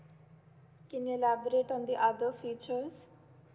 can you elaborate on the other features